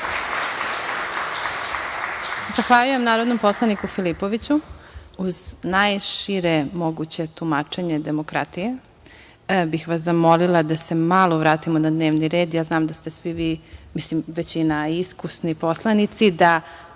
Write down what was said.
Zahvaljujem narodnom poslaniku Filipoviću. Uz najšire moguće tumačenje demokratije bih vas zamolila da se malo vratimo na dnevni red, ja znam da ste svi vi, mislim većina, iskusni poslanici, da